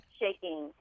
shaking